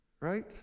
right